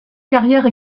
carrière